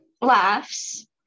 laughs